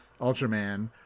*Ultraman*